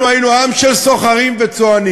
אנחנו היינו עם של סוחרים וצוענים.